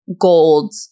gold